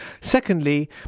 Secondly